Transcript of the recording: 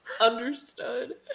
understood